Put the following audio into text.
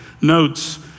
notes